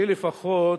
לפחות,